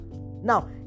now